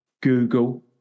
Google